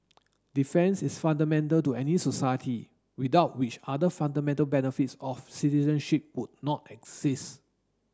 defence is fundamental to any society without which other fundamental benefits of citizenship would not exist